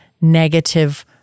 negative